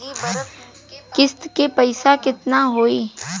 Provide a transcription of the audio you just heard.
किस्त के पईसा केतना होई?